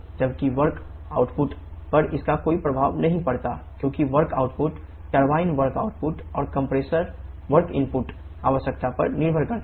जबकि work output आवश्यकता पर निर्भर करता है